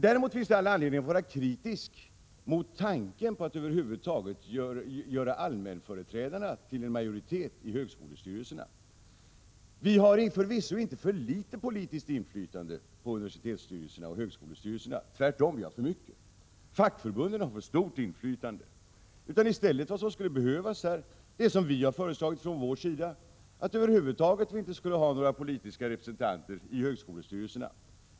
Däremot finns det all anledning att vara kritisk mot tanken på att över huvud taget göra ”allmänföreträdarna” till en majoritet i högskolestyrelserna. Det är förvisso inte för litet politiskt inflytande i universitetsoch högskolestyrelserna — tvärtom är det för mycket. Fackförbunden har för stort inflytande. Det vore i stället nödvändigt, som vi moderater har föreslagit, att det över huvud taget inte fanns några politiska representanter i högskolestyrelserna.